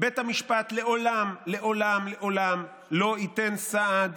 בית המשפט לעולם לעולם לעולם לא ייתן סעד